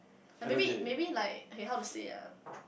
ya maybe maybe like okay how to say ah